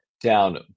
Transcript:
down